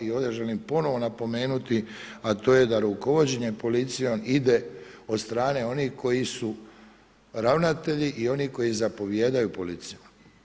I ovdje želim ponovo napomenuti, a to je da rukovođenje policijom ide od strane onih koji su ravnatelji i onih koji zapovijedaju policijom.